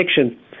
addiction